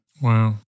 Wow